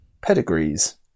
pedigrees